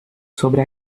sobre